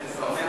מזמן,